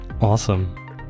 awesome